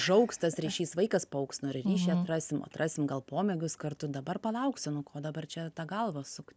užaugs tas ryšys vaikas paaugs nu ir ryšį atrasim atrasim gal pomėgius kartu dabar palauksiu nu ko čia dabar tą galvą sukt